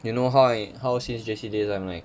you know how I how since J_C days I'm like